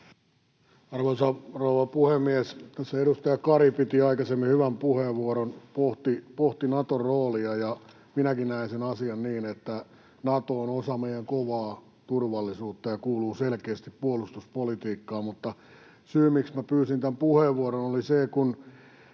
Arvoisa rouva puhemies! Tässä edustaja Kari piti aikaisemmin hyvän puheenvuoron, pohti Naton roolia, ja minäkin näen sen asian niin, että Nato on osa meidän kovaa turvallisuuttamme ja kuuluu selkeästi puolustuspolitiikkaan. Mutta syy, miksi minä pyysin tämän puheenvuoron, oli se,